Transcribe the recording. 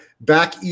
back